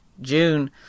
June